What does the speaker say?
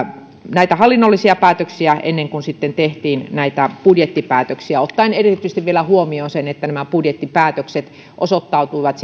näitä hallinnollisia päätöksiä ennen kuin sitten tehtiin näitä budjettipäätöksiä ottaen erityisesti vielä huomioon se että nämä budjettipäätökset osoittautuivat